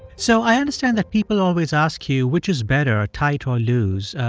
so i understand that people always ask you which is better, tight or loose.